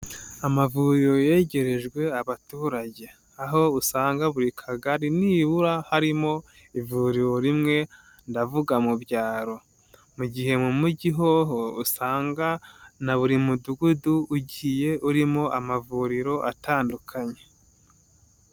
Amavuriro yegerejwe abaturage. Aho usanga buri kagari nibura harimo, ivuriro rimwe, ndavuga mu byaro. Mugihe mu mugi hoho usanga, na buri mudugudu ugiye urimo amavuriro atandukanye.